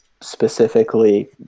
specifically